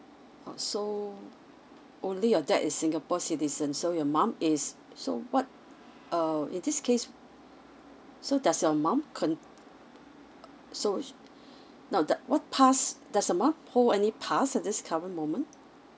oh so only your dad is singapore citizen so your mom is so what um in this case so does your mom con~ so now what pass does your mum hold any pass at this current moment